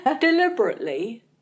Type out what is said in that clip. Deliberately